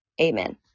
Amen